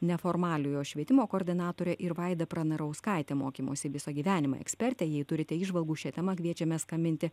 neformaliojo švietimo koordinatorė ir vaida pranarauskaitė mokymosi visą gyvenimą ekspertė jei turite įžvalgų šia tema kviečiame skambinti